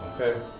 Okay